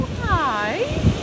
hi